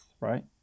right